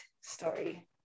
story